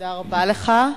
תודה רבה לך.